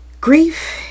grief